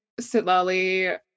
Sitlali